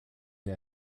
der